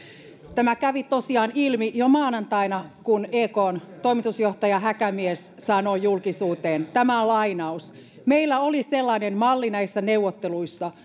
tämä kävi tosiaan ilmi jo maanantaina kun ekn toimitusjohtaja häkämies sanoi julkisuuteen tämä on lainaus meillä oli sellainen malli näissä neuvotteluissa